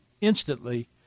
instantly